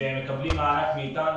והם מקבלים מענק מאיתנו.